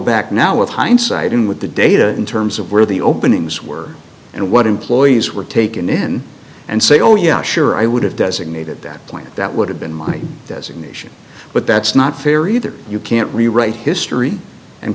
back now with hindsight and with the data in terms of where the openings were and what employees were taken in and say oh yeah sure i would have designated that plant that would have been my designation but that's not fair either you can't rewrite history and